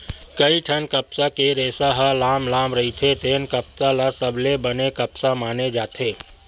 कइठन कपसा के रेसा ह लाम लाम रहिथे तेन कपसा ल सबले बने कपसा माने जाथे